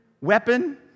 weapon